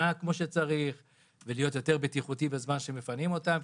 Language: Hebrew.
כמו שצריך ולהיות יותר בטיחותי בזמן שמפנים אותם.